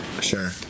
Sure